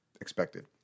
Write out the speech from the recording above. expected